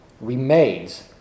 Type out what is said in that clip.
remains